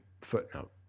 footnote